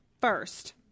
first